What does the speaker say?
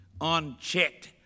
Unchecked